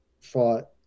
fought